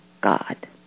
God